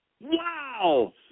Wow